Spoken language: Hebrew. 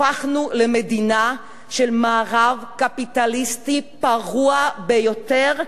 הפכנו למדינה של מערב קפיטליסטי פרוע ביותר,